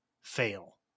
fail